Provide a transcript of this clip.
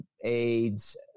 aids